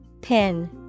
pin